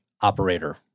operator